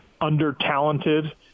under-talented